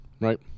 right